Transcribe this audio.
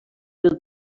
del